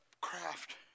craft